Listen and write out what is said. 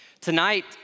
Tonight